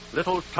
Little